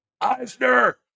eisner